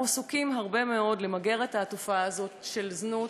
אנחנו עסוקים מאוד בצורך למגר את התופעה הזאת של זנות,